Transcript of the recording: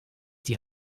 die